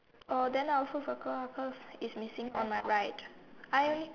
uh then I also circle ah cause it's missing on my right I